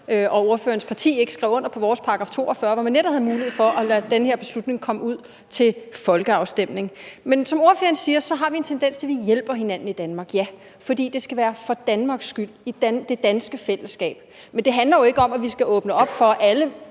og ordførerens parti ikke skrev under på vores § 42, hvor man netop havde mulighed for at lade den her beslutning komme ud til folkeafstemning. Men som ordføreren siger, har vi en tendens til, at vi hjælper hinanden i Danmark, ja, fordi det skal være for Danmarks skyld, i det danske fællesskab. Men det handler jo ikke om, at vi skal åbne op for, at